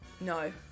No